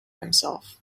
himself